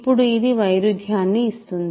ఇప్పుడు అది వైరుధ్యాన్ని ఇస్తుంది